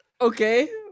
Okay